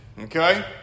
Okay